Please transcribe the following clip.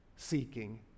Seeking